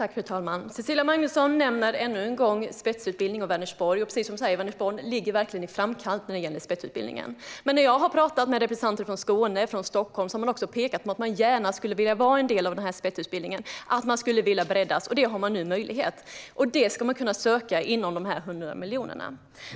Fru talman! Cecilia Magnusson nämner ännu en gång spetsutbildning och Vänersborg. Precis som hon säger ligger Vänersborg verkligen i framkant när det gäller spetsutbildning. Men när jag har pratat med representanter från Skåne och Stockholm har de pekat på att de gärna skulle vilja vara en del av denna spetsutbildning och bredda sig. Detta har man nu möjlighet till, då det ska kunna sökas inom de 100 miljonerna.